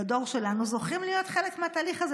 בדור שלנו זוכים להיות חלק מהתהליך הזה